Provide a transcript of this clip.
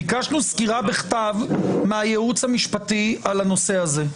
ביקשנו סקירה בכתב מהייעוץ המשפטי על הנושא הזה,